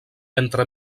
entre